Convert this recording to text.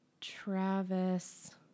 Travis